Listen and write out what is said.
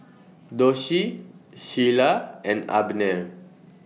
Doshie Sheilah and Abner